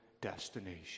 destination